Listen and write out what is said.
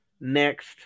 next